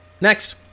next